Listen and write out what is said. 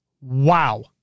Wow